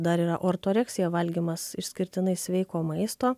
dar yra ortoreksija valgymas išskirtinai sveiko maisto